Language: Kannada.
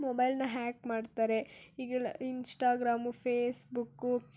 ಮೊಬೈಲನ್ನ ಹ್ಯಾಕ್ ಮಾಡ್ತಾರೆ ಈಗೆಲ್ಲ ಇನ್ಸ್ಟಾಗ್ರಾಮು ಫೇಸ್ಬುಕ್ಕು